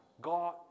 God